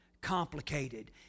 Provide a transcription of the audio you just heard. complicated